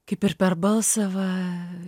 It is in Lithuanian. kaip ir per balsą va